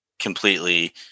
completely –